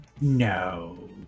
no